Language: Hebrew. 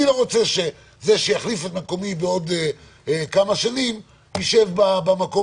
אני לא רוצה שזה שיחליף את מקומי בעוד כמה שנים ישב במקום